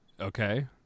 Okay